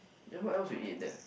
then what else you eat there